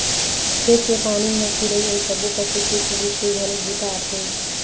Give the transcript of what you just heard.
खेत के पानी ह चिरई अउ सब्बो पसु के पीए के घलोक बूता आथे